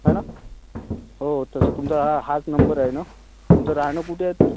है ना हो तसं तुमचा हाच नंबर आहे ना तुमचं राहणं कुठे आहे तर